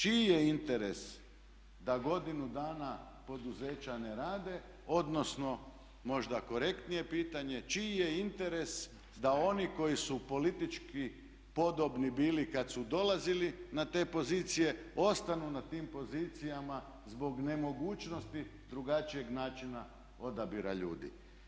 Čiji je interes da godinu dana poduzeća ne rade, odnosno možda korektnije pitanje čiji je interes da oni koji su politički podobni bili kad su dolazili na te pozicije ostanu na tim pozicijama zbog nemogućnosti drugačijeg načina odabira ljudi.